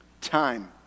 Time